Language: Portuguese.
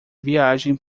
viagem